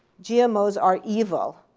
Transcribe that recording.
gmos are evil.